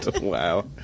Wow